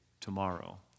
tomorrow